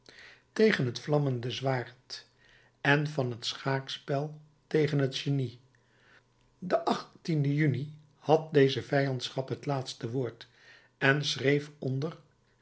tegen het vlammende zwaard en van het schaakspel tegen het genie den juni had deze vijandschap het laatste woord en schreef onder